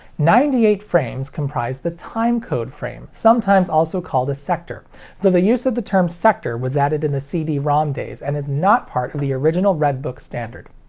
ninety eight frames comprise the timecode frame, sometimes also called a sector, though the use of the term sector was added in the cd-rom days and is not part of the original red book standard.